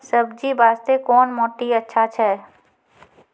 सब्जी बास्ते कोन माटी अचछा छै?